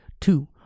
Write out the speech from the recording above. two